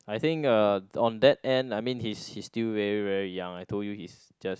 I think uh on that end I mean he's he's still very very young I told you he's just